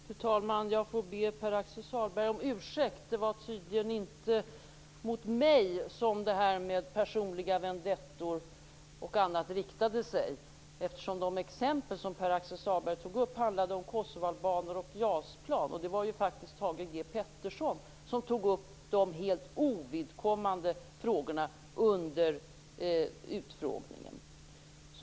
Fru talman! Jag får be Pär-Axel Sahlberg om ursäkt. Det var tydligen inte mot mig som talet om personliga vendettor och annat riktade sig, eftersom de exempel som Pär-Axel Sahlberg tog handlade om kosovoalbaner och JAS-plan. Det var faktiskt Thage G Peterson som tog upp de helt ovidkommande frågorna under utfrågningen.